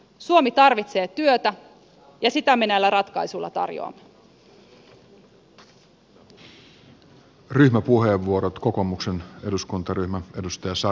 suomi tarvitsee työtä ja sitä me näillä ratkaisuilla tarjoamme